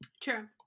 true